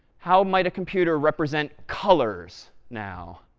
how might a computer represent colors now?